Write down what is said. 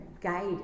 guide